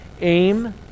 aim